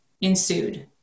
ensued